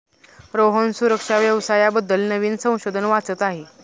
रोहन सुरक्षा व्यवसाया बद्दल नवीन संशोधन वाचत आहे